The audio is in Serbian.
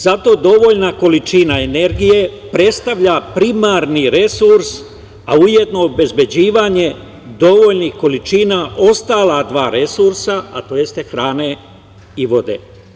Zato dovoljna količina energije predstavlja primarni resurs, a ujedno, obezbeđivanje dovoljnih količina ostala dva resursa, a to jeste hrane i vode.